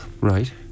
right